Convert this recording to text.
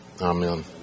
Amen